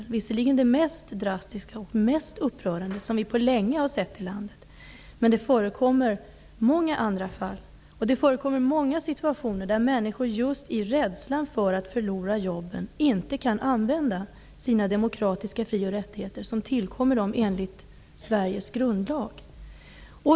Det är visserligen det mest drastiska och upprörande exemplet som vi på länge har sett här i landet, men det förekommer många andra fall och många situationer, där människor just i rädsla för att förlora sina jobb inte kan använda de demokratiska fri och rättigheter som tillkommer dem enligt Sveriges grundlag.